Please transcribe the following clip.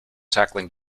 tackling